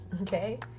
Okay